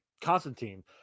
Constantine